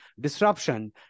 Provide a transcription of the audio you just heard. disruption